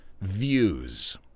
views